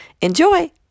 Enjoy